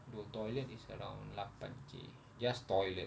dua toilet is around lapan K just toilet